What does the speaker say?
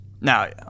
Now